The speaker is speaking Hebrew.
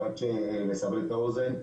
רק לסבר את האוזן,